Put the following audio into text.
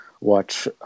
watch